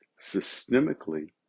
systemically